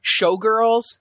Showgirls